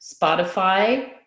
Spotify